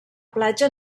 platja